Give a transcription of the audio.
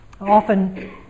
often